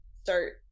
start